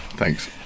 Thanks